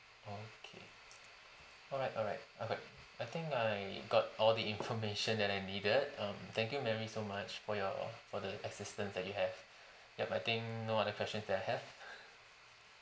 okay alright alright okay I think I got all the information that I needed um thank you mary so much for your for the assistance that you have yup I think no other questions that I have